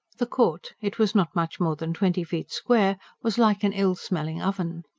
the court it was not much more than twenty feet square was like an ill-smelling oven.